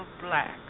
black